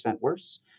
worse